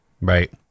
right